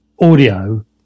audio